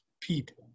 people